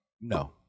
No